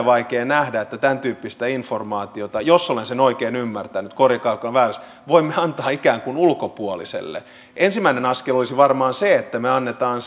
vaikea nähdä että tämäntyyppistä informaatiota jos olen sen oikein ymmärtänyt korjatkaa jos olen väärässä voimme antaa ikään kuin ulkopuoliselle ensimmäinen askel olisi varmaan se että me annamme